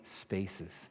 spaces